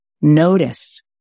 notice